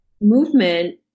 movement